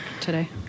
today